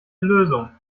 lösung